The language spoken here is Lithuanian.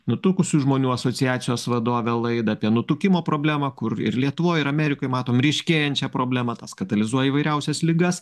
nutukusių žmonių asociacijos vadove laidą apie nutukimo problemą kur ir lietuvoj ir amerikoj matom ryškėjančią problemą tas katalizuoja įvairiausias ligas